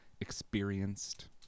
experienced